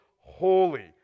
holy